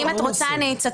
ואם את רוצה אני אצטט,